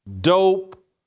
dope